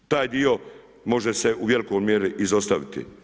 Taj dio može se u velikoj mjeri izostaviti.